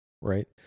right